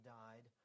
died